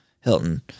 Hilton